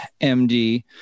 MD